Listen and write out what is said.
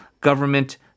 government